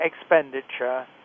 expenditure